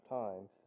time